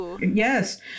Yes